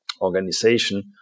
organization